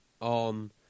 on